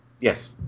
Yes